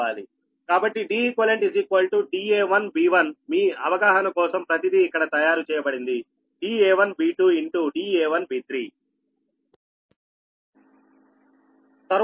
కాబట్టి Deq da1b1 మీ అవగాహన కోసం ప్రతిదీ ఇక్కడ తయారు చేయబడింది da1b2 da1b3